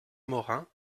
morin